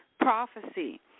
prophecy